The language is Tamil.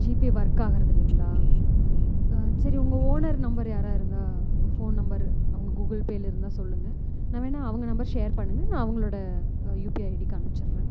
ஜிபே ஒர்க் ஆகிறது இல்லைங்களா ம் சரி உங்கள் ஓனர் நம்பரு யாரோ இருந்தால் ஒரு ஃபோன் நம்பர் அவங்க கூகுள் பேவில் இருந்தால் சொல்லுங்கள் நான் வேணுனா அவங்க நம்பர் ஷேர் பண்ணுங்கள் நான் அவங்களோட யுபிஐ ஐடிக்கு அனுப்ச்சிடுறேன்